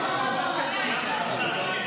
טוב, חבר הכנסת נאור שירי